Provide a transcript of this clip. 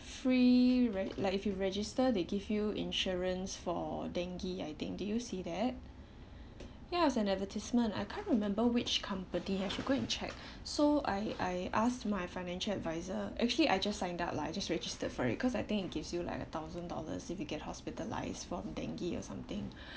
free re~ like if you register they give you insurance for dengue I think did you see that ya it's an advertisement I can't remember which company I should go and check so I I asked my financial advisor actually I just signed up lah I just registered for it cause I think it gives you like a thousand dollars if you get hospitalised from dengue or something